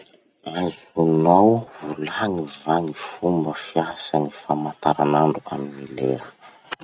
Azonao volagny va gny fomba fiasan'ny famataranandro amy gny lera?